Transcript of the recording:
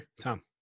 Tom